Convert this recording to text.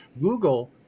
Google